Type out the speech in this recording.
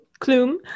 Klum